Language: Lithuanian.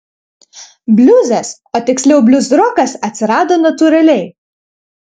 bliuzas o tiksliau bliuzrokas atsirado natūraliai